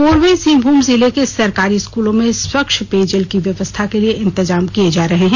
पूर्वी सिंहभूम जिले के सरकारी स्कूलों में स्वच्छ पेयजल की व्यवस्था के लिए इंतजाम किये जा रहे हैं